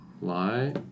lie